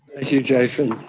you, jason.